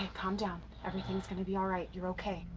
ah calm down. everything's gonna be all right, you're okay.